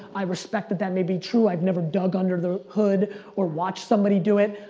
i respect that that may be true, i've never dug under the hood or watched somebody do it.